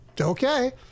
okay